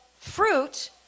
fruit